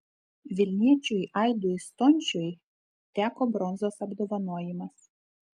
vilniečiui aidui stončiui teko bronzos apdovanojimas